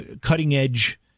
cutting-edge